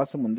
y01xyyxyxydxdy